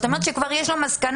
זאת אומרת שכבר יש לו מסקנה.